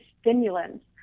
stimulants